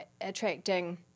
attracting